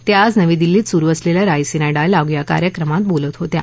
त्या आज नवी दिल्लीत सुरु असलेल्या रायसीना डायलॉग या कार्यक्रमात बोलत होत्या